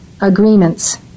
agreements